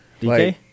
DK